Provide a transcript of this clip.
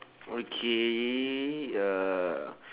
okay uh